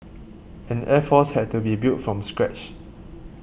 an air force had to be built from scratch